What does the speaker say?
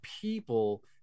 people